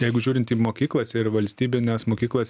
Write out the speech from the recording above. jeigu žiūrint į mokyklas ir valstybines mokyklas